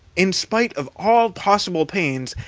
in spite of all possible pains,